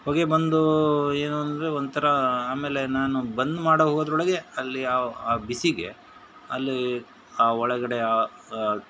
ಹೊಗೆ ಬಂದು ಏನು ಅಂದರೆ ಒಂಥರ ಆಮೇಲೆ ನಾನು ಬಂದ್ ಮಾಡೋ ಹೋಗೋದರೊಳ್ಗೆ ಅಲ್ಲಿ ಆ ಆ ಬಿಸಿಗೆ ಅಲ್ಲಿ ಒಳಗಡೆ